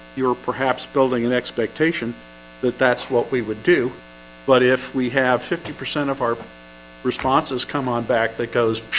you're perhaps building an expectation that that's what we would do but if we have fifty percent of our responses, come on back that goes